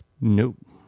Nope